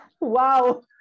wow